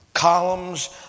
Columns